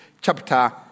chapter